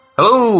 Hello